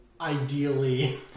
ideally